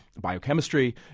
biochemistry